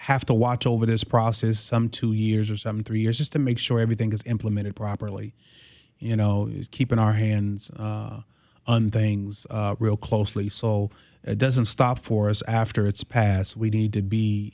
have to watch over this process some two years or some three years just to make sure everything is implemented properly you know keeping our hands on things real closely so it doesn't stop for us after it's passed we need to be